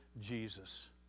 Jesus